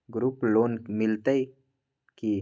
Group loan मिलतै की?